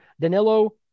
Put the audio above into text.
Danilo